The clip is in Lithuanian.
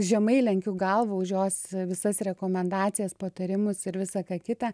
žemai lenkiu galvą už jos visas rekomendacijas patarimus ir visa ką kita